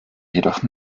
jedoch